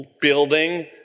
building